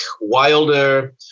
Wilder